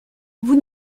vous